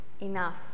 enough